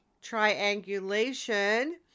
triangulation